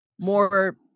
more